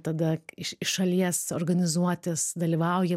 tada iš iš šalies organizuotis dalyvauja